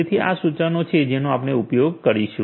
તેથી આ સૂચનો છે જેનો આપણે ઉપયોગ કરીશું